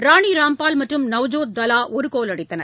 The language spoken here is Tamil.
ராணிராம்பால் மற்றும் நவ்ஜோத் தலாஒருகோல் அடித்தனர்